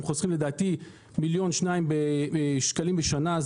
חוסכים לדעתי כמיליון עד שני מיליון שקלים בשנה,